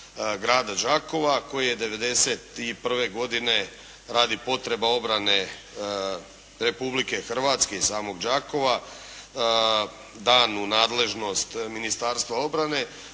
Grada Đakova, a koji je 1991. godine radi potreba obrane Republike Hrvatske i samog Đakova dan u nadležnost Ministarstva obrane.